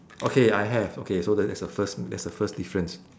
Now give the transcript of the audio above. okay I have okay so that that's the first that's the first difference